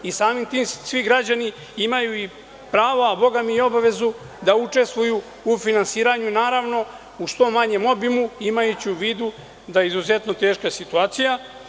Samim tim svi građani imaju i pravo, a bogami i obavezu, da učestvuju u finansiranju, naravno u što manjem obimu, imajući u vidu da je izuzetno teška situacija.